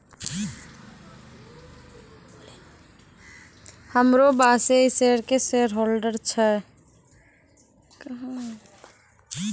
हमरो बॉसे इ शेयर के शेयरहोल्डर छै